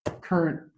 current